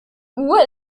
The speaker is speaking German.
uhr